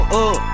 up